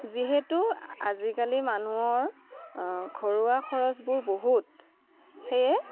যিহেতু আজিকালি মানুহৰ ঘৰুৱা খৰচবোৰ বহুত সেয়ে